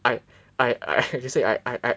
I I I I I